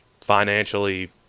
financially